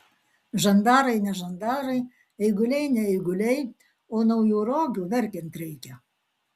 žandarai ne žandarai eiguliai ne eiguliai o naujų rogių verkiant reikia